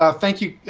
ah thank you,